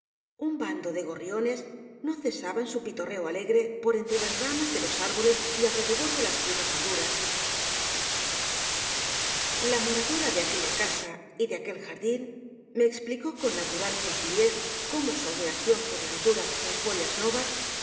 un bando de gorriones no cesaba en su pitorreo alegre por entre las ramas de los árboles y alrededor de las frutas maduras epílogo sentimental la moradora de aquella casa y de aquel jardín me explicó con natural sencillez cómo su admiración por la autora de follas novas